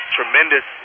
tremendous